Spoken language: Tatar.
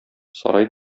сарай